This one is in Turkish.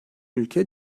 ülke